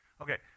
Okay